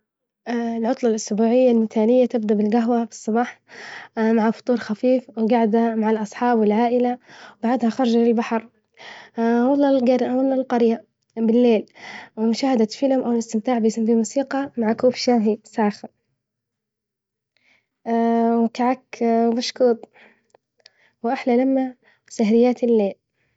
العطلة الأسبوعية المثالية تبدأ بالجهوة في الصباح مع فطور خفيف وجعدة مع الأصحاب والعائلة، بعدها خرجة للبحر ولا الج ولا القرية بالليل ومشاهدة فيلم أو الإستمتاع مثلا مبوسيقى مع كوب شاهي ساخن، وكعك وشكوب وأحلى لمة سهريات الليل.